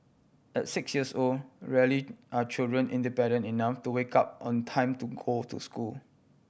at six years old rarely are children independent enough to wake up on time to go to school